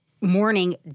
morning